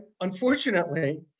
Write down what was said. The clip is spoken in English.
unfortunately